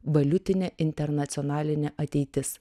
valiutinė internacionalinė ateitis